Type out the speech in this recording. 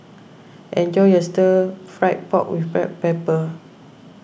enjoy your Stir Fried Pork with Black Pepper